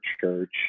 Church